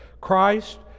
Christ